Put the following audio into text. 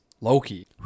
loki